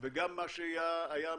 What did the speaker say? וגם מה שהיה מכיל.